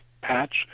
Patch